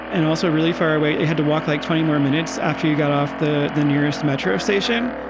and also really far away, they had to walk like twenty more minutes after you got off the the nearest metro station.